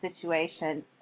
situation